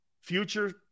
future